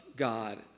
God